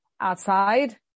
outside